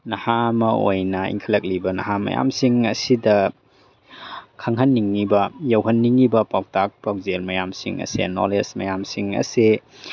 ꯅꯍꯥ ꯑꯃ ꯑꯣꯏꯅ ꯏꯟꯈꯠꯂꯛꯂꯤꯕ ꯅꯍꯥ ꯃꯌꯥꯝꯁꯤꯡ ꯑꯁꯤꯗ ꯈꯪꯍꯟꯅꯤꯡꯂꯤꯕ ꯌꯧꯍꯟꯅꯤꯡꯂꯤꯕ ꯄꯥꯎꯇꯥꯛ ꯄꯥꯎꯖꯦꯜ ꯃꯌꯥꯝꯁꯤꯡ ꯑꯁꯦ ꯅꯣꯂꯦꯖ ꯃꯌꯥꯝꯁꯤꯡ ꯑꯁꯦ